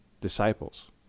disciples